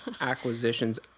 Acquisitions